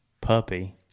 puppy